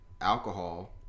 alcohol